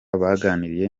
baganiriye